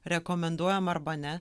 rekomenduojam arba ne